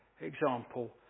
example